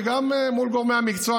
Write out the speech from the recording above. וגם מול גורמי המקצוע,